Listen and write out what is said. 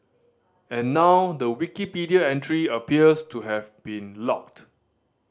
and now the Wikipedia entry appears to have been locked